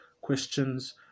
questions